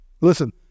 Listen